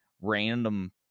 random